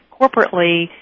corporately